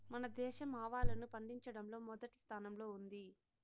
మన దేశం ఆవాలను పండిచటంలో మొదటి స్థానం లో ఉంది